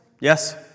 Yes